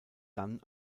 dann